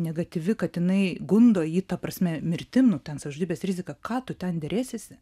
negatyvi kad jinai gundo jį ta prasme mirtim nu ten savižudybės rizika ką tu ten derėsiesi